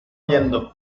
huyendo